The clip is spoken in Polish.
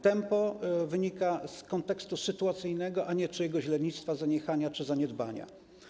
Tempo wynika z kontekstu sytuacyjnego, a nie czyjegoś lenistwa, zaniechania czy zaniedbania.